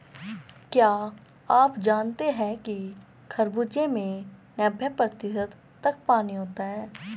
क्या आप जानते हैं कि खरबूजे में नब्बे प्रतिशत तक पानी होता है